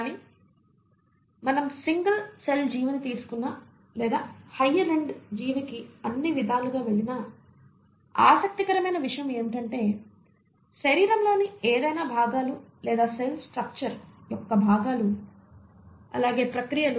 కానీ మనం single cell జీవిని తీసుకున్నా లేదా హయ్యర్ ఎండ్ జీవికి అన్ని విధాలుగా వెళ్లినా ఆసక్తికరమైన విషయం ఏమిటంటే శరీరంలోని ఏదైనా భాగాలు లేదా సెల్ స్ట్రక్చర్ యొక్క భాగాలు అలాగే ప్రక్రియలు